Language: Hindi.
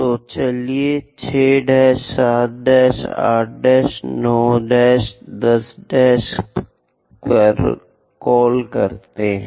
तो चलिए 6 7 8 9 10 पर कॉल बोलते हैं